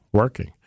working